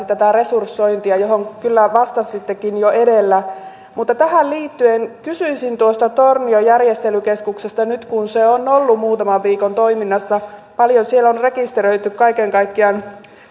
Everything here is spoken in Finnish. tätä resursointia johon liittyen kyllä vastasittekin jo edellä mutta tähän liittyen kysyisin tuosta tornion järjestelykeskuksesta nyt kun se on ollut muutaman viikon toiminnassa paljonko siellä on rekisteröity kaiken kaikkiaan